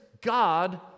God